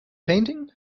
painting